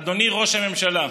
אדוני ראש הממשלה,